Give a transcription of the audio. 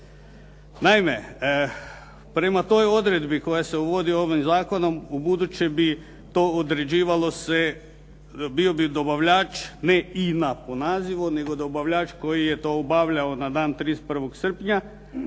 Naime, prema toj odredbi koja se uvodi ovim zakonom ubuduće bi to određivalo se, bio bi dobavljač ne INA po nazivu, nego dobavljač koji je to obavljao na dan 31. srpnja.